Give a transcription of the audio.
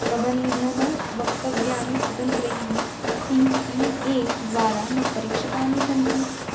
प्रबन्धनवक्तव्यानि स्वतन्त्रैः C P A द्वारा न परीक्षितानि सन्ति